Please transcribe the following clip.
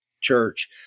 Church